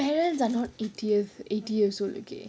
my parents are not eightieth eighty years old okay